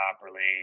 properly